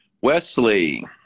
Wesley